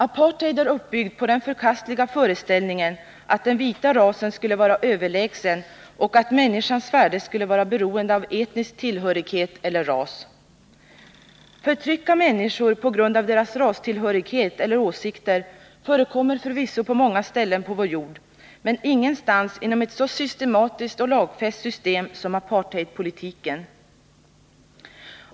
Apartheid är uppbyggd på den förkastliga föreställningen att den vita rasen skulle vara överlägsen och att människans värde skulle vara beroende av etnisk tillhörighet eller ras. Förtryck av människor på grund av deras rastillhörighet eller åsikter förekommer förvisso på många ställen på vår jord men ingenstans genom ett så systematiskt och lagfäst system som genom apartheidpolitiken.